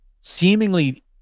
seemingly